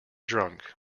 drunk